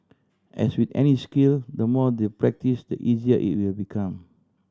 as with any skill the more they practise the easier it will become